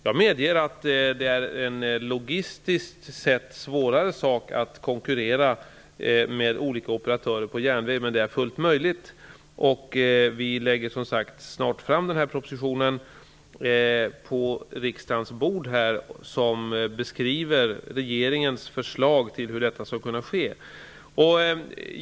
Jag medger att det logistiskt sett är svårare att konkurrera för olika operatörer på järnväg, men det är fullt möjligt. Vi skall, som sagt, snart lägga en proposition på riksdagens bord med regeringens förslag till hur detta skall ske.